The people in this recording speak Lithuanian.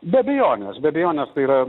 be abejonės be abejonės tai yra